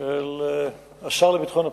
של השר לביטחון פנים,